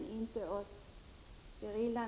— och naturligtvis inte åt gerillan.